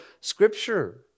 Scripture